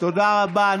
תודה רבה.